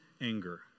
anger